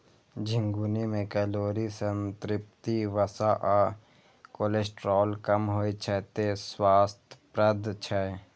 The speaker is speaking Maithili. झिंगुनी मे कैलोरी, संतृप्त वसा आ कोलेस्ट्रॉल कम होइ छै, तें स्वास्थ्यप्रद छै